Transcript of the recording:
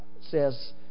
says